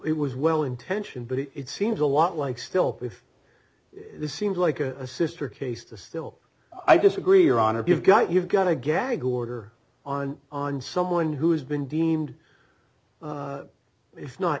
it was well intentioned but it seems a lot like still if this seems like a a sister case to still i disagree or on of you've got you've got a gag order on on someone who's been deemed if not